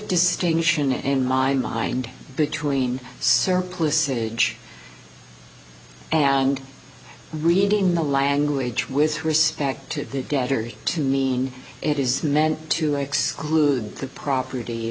distinction in my mind between surplusage and reading the language with respect to the battery to mean it is meant to exclude the property